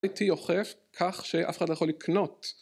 ‎,‎כך שאף אחד לא יכול לקנות‎